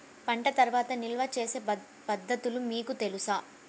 పంట తర్వాత నిల్వ చేసే పద్ధతులు మీకు తెలుసా?